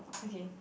okay